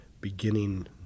beginning